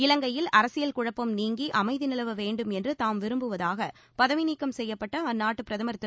இலங்கையில் அரசியல் குழப்பம் நீங்கி அமைதி நிலவ வேண்டும் என்று தாம் விரும்புவதாக பதவிநீக்கம் செய்யப்பட்ட அந்நாட்டு பிரதமர் திரு